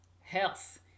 health